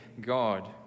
God